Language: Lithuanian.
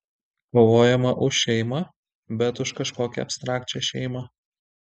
kovojama už šeimą bet už kažkokią abstrakčią šeimą